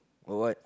or what